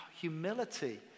humility